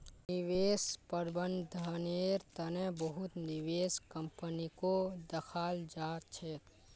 निवेश प्रबन्धनेर तने बहुत निवेश कम्पनीको दखाल जा छेक